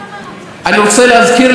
חבריי חברי הכנסת,